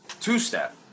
two-step